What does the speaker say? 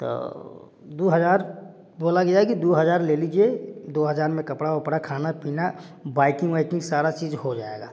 त दो हज़ार बोला गया है कि दो हज़ार ले लीजिए दो हज़ार में कपड़ा वपड़ा खाना पीना बाइकिंग वाइकिंग सारा चीज हो जाएगा